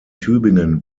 tübingen